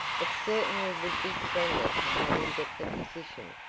it certainly would be splendid to have him get the position.